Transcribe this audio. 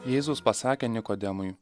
jėzus pasakė nikodemui